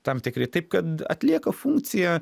tam tikri taip kad atlieka funkciją